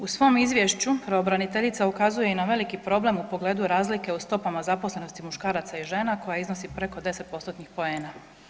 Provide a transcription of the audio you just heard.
U svom izvješću pravobraniteljica ukazuje i na veliki problem u pogledu razlike u stopama zaposlenosti muškaraca i žena koja iznosi preko 10%-tnih poena.